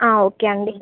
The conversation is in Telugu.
ఓకే అండి